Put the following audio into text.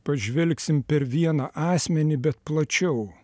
pažvelgsim per vieną asmenį bet plačiau